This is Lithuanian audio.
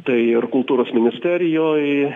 tai ir kultūros ministerijoj